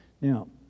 Now